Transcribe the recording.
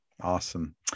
Awesome